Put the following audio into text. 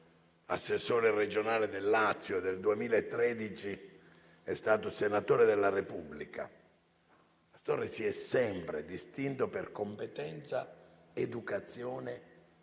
assessore regionale del Lazio e nel 2013 è diventato senatore della Repubblica. Astorre si è sempre distinto per competenza, educazione e